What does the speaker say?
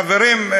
חברים,